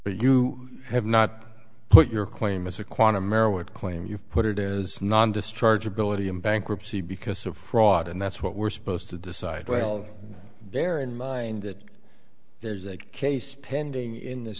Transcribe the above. but you have not put your claim as a quantum erowid claim you've put it as non discharge ability in bankruptcy because of fraud and that's what we're supposed to decide well they're in mind that there's a case pending in th